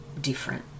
different